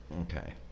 Okay